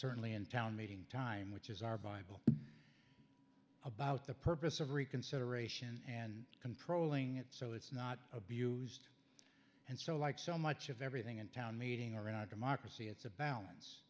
certainly in town meeting time which is our bible about the purpose of reconsideration and controlling it so it's not abused and so like so much of everything in town meeting or not democracy it's a balance